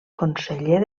conseller